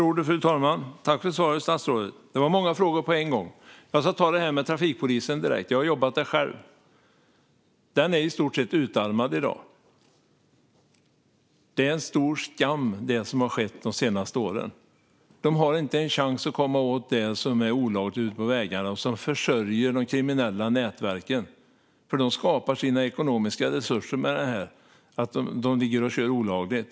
Fru talman! Det var många frågor på en gång. Jag ska ta frågan om trafikpolisen direkt. Jag har själv jobbat där. Den är i stort sett utarmad i dag. Det som har skett de senaste åren är en stor skam. De har inte en chans att komma åt det som är olagligt ute på vägarna och som försörjer de kriminella nätverken. De skapar sina ekonomiska resurser genom att de kör olagligt.